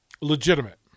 Legitimate